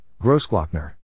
Grossglockner